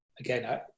Again